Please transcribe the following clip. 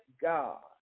God